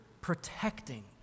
protecting